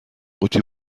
قوطی